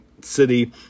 city